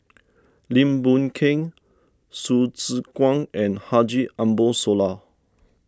Lim Boon Keng Hsu Tse Kwang and Haji Ambo Sooloh